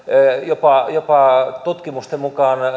jopa jopa tutkimusten mukaan